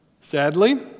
Sadly